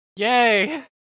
Yay